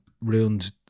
ruined